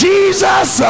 Jesus